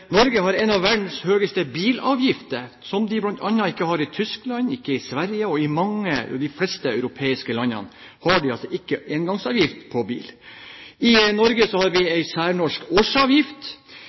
Norge har en av verdens høyeste bilavgifter, noe man bl.a. ikke har i Tyskland, ikke i Sverige. I de fleste europeiske landene har de ikke engangsavgift på bil. I Norge har vi